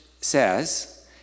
says